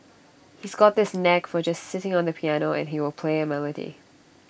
he's got this knack for just sitting on the piano and he will play A melody